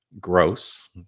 gross